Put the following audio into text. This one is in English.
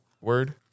word